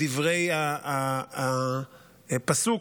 כדברי הפסוק,